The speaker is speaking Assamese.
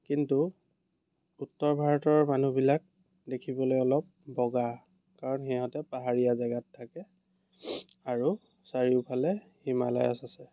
কিন্তু উত্তৰ ভাৰতৰ মানুহবিলাক দেখিবলৈ অলপ বগা কাৰণ সিহঁতে পাহাৰীয়া জেগাত থাকে আৰু চাৰিওফালে হিমালয়াচ আছে